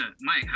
Mike